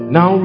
Now